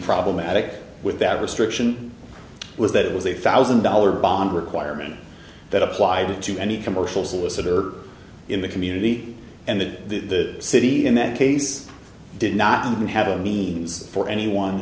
problematic with that restriction was that it was a thousand dollar bond requirement that applied to any commercial solicitor in the community and that the city in that case did not even have a means for anyone